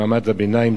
במעמד הביניים.